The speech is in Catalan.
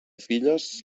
filles